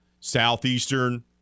Southeastern